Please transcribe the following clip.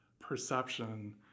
perception